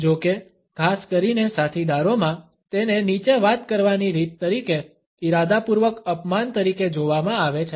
જો કે ખાસ કરીને સાથીદારોમાં તેને નીચે વાત કરવાની રીત તરીકે ઇરાદાપૂર્વક અપમાન તરીકે જોવામાં આવે છે